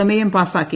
പ്രമേയം പാസാക്കി